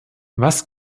was